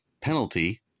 penalty